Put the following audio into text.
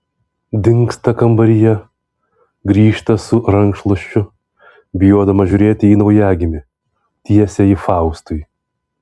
dingsta kambaryje grįžta su rankšluosčiu bijodama žiūrėti į naujagimį tiesia jį faustui